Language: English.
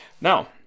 Now